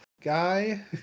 guy